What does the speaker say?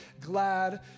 glad